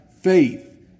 faith